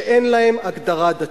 שאין להם הגדרה דתית.